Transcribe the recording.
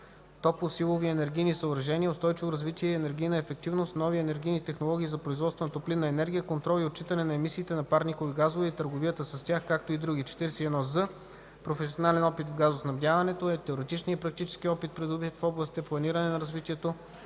топлосилови енергийни съоръжения, устойчивото развитие и енергийната ефективност, нови енергийни технологии за производство на топлинна енергия, контрол и отчитане на емисиите на парникови газове и търговията с тях, както и други; 41з. „Професионален опит в газоснабдяването” е теоретичният и практически опит, придобит в областите: планиране на развитието